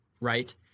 right